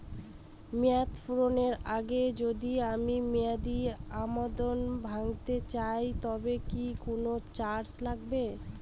মেয়াদ পূর্ণের আগে যদি আমি মেয়াদি আমানত ভাঙাতে চাই তবে কি কোন চার্জ লাগবে?